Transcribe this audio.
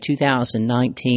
2019